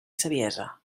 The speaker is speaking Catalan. saviesa